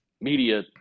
media